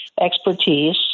expertise